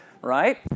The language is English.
right